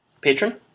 patron